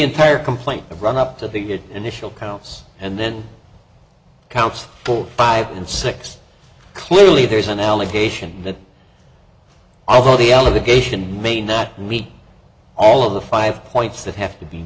entire complaint of run up to the initial counts and then counts for five and six clearly there is an allegation that although the allegation may not meet all of the five points that ha